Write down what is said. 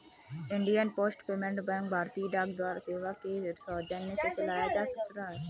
Indian post payment bank भारतीय डाक सेवा के सौजन्य से चलाया जा रहा है